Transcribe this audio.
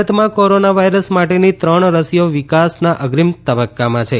ભારતમાં corona virus માટેની ત્રણ રસીઓ વિકાસના અગ્રીમ તબક્કામાં છે